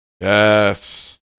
Yes